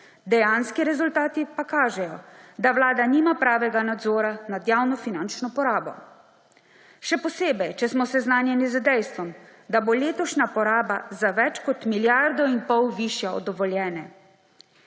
dejanski rezultati pa kažejo, da vlada nima pravega nadzora nad javnofinančno porabo. Še posebej če smo seznanjeni z dejstvom, da bo letošnja poraba za več kot milijardo in pol višja od dovoljene.